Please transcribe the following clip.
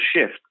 shift